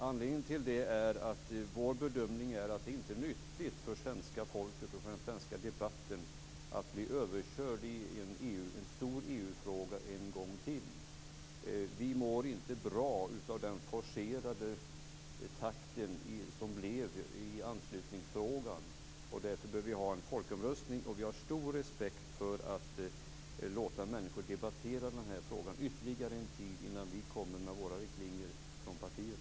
Anledningen till det är att vår bedömning är att det inte är nyttigt för svenska folket att bli överkört i en stor EU-fråga en gång till, och det är inte heller nyttigt för debatten. Vi mår inte bra av den forcerade takt som uppstod när det gällde anslutningsfrågan. Därför bör vi ha en folkomröstning. Vi har stor respekt för att man skall låta människor debattera denna fråga ytterligare en tid innan vi kommer med våra riktlinjer från partiet.